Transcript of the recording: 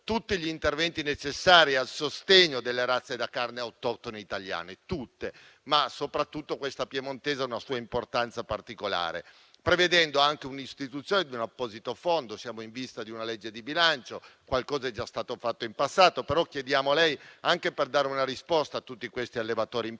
tutti gli interventi necessari al sostegno di tutte razze da carne autoctone italiane, ma soprattutto di quella piemontese, che ha una sua importanza particolare, prevedendo anche l'istituzione di un apposito fondo (siamo in vista della legge di bilancio). Qualcosa è già stato fatto in passato, però chiediamo a lei di dare una risposta a tutti questi allevatori impegnati.